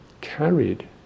carried